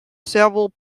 several